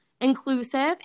inclusive